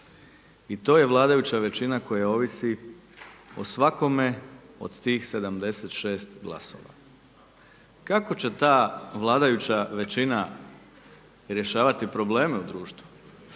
i to je vladajuća većina koja ovisi o svakome od tih 76 glasova. Kako će ta vladajuća većina rješavati probleme u društvu,